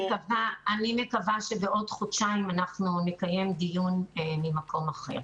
אני מקווה שאם בעוד חודשיים נקיים דיון הוא יהיה ממקום אחר.